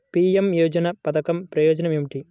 PM యోజన పధకం ప్రయోజనం ఏమితి?